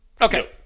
Okay